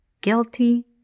guilty